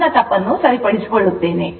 ನನ್ನ ತಪ್ಪನ್ನು ಸರಿಪಡಿಸಿಕೊಳ್ಳುತ್ತೇನೆ